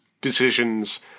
decisions